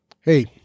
Hey